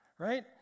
Right